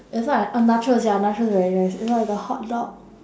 that's why I oh nachos ya nachos very nice and then got the hot dog